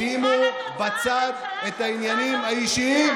שימו בצד את העניינים האישיים,